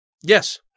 Yes